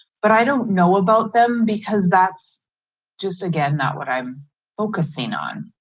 but i don't know about them because that's just again not what i'm focusing on.